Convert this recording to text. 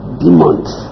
demons